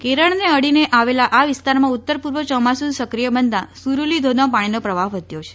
કેરળને અડીને આવેલા આ વિસ્તારમાં ઉત્તર પૂર્વ ચોમાસુ સક્રિય બનતા સુરૂલી ધોધમાં પાણીનો પ્રવાહ વધ્યો છે